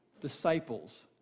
disciples